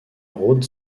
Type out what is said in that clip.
road